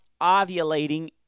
ovulating